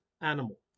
animal